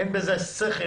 אין בזה שכל,